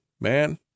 man